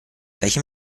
welchem